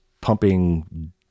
pumping